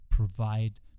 provide